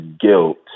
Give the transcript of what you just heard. guilt